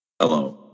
Hello